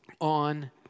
on